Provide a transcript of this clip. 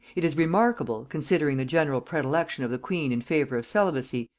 it is remarkable, considering the general predilection of the queen in favor of celibacy,